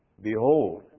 Behold